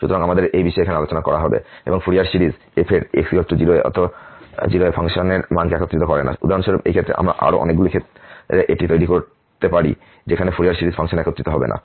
সুতরাং আমাদের এই বিষয়ে এখন আলোচনা করা হবে সুতরাংফুরিয়ার সিরিজ f এর x 0 এ ফাংশনের মানকে একত্রিত করে না উদাহরণস্বরূপ এই ক্ষেত্রে এবং আমরা আরও অনেকগুলি ক্ষেত্রে এটি তৈরি করতে পারি যেখানে ফুরিয়ার সিরিজ ফাংশনে একত্রিত হবে না